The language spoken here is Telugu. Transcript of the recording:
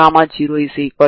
కాబట్టి u1xt అంటే ఏమిటి